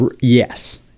yes